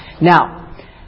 Now